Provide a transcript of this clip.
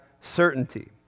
certainty